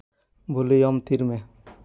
volume ᱛᱷᱤᱨ ᱢᱮ